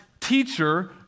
teacher